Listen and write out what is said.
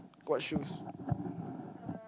what shoes